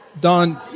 Don